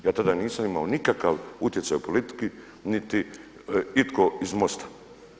Ja tada nisam imao nikakav utjecaj u politici, niti itko iz MOST-a.